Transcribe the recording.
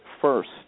first